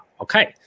Okay